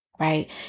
Right